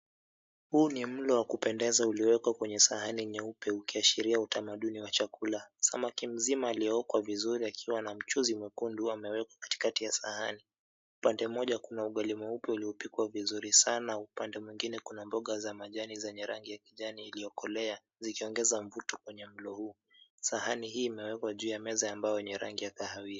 Huu ni mlo wa kupendeza ulioekwa kwenye sahani nyeupe ukiashiria utamaduni wa chakula. Samaki mzima aliyeekwa vizuri akiwa na mchuzi mwekundu amewekwa katikati ya sahani, upande mmoja kuna ugali mweupe uliopikwa vizuri sana, upande mwingine kuna mboga za majani zenye rangi ya kijani iliokolea kiongeza mvuto kwenye mlo huu, sahani hii imewekwa juu meza ya bao yenye rangi ya kahawia.